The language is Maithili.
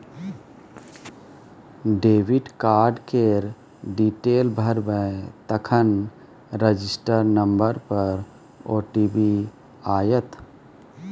डेबिट कार्ड केर डिटेल भरबै तखन रजिस्टर नंबर पर ओ.टी.पी आएत